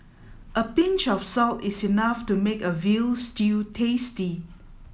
a pinch of salt is enough to make a veal stew tasty